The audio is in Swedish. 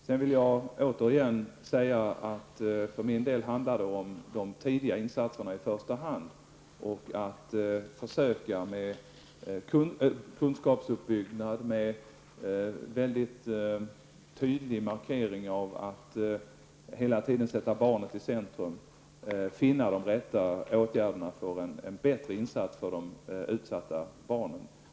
För mig är det i första hand de tidiga insatserna som gäller och att försöka med hjälp av kunskapsutbyggnad och med en tydlig markering av att barnet skall sättas i centrum finna de rätta åtgärderna för bättre insatser för de utsatta barnen.